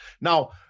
Now